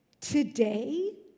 Today